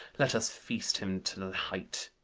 let us feast him to the height.